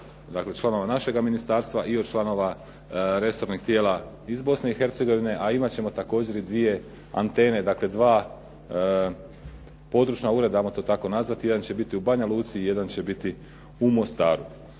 dakle, članova našega ministarstva i od članova resornih tijela iz Bosne i Hercegovine a imati ćemo također i dvije antene, dakle, dva područna ureda, ajmo to tako nazvati, jedan će biti u Banjaluci, jedan će biti u Mostaru.